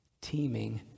teeming